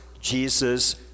Jesus